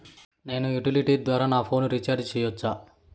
నేను యుటిలిటీ ద్వారా నా ఫోను రీచార్జి సేయొచ్చా?